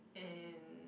and